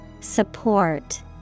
Support